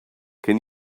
can